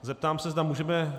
Zeptám se, zda můžeme...?